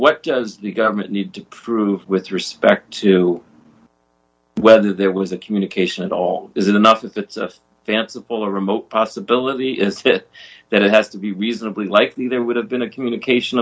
what does the government need to prove with respect to whether there was a communication at all is it enough of a fanciful or remote possibility is it that it has to be reasonably likely there would have been a communication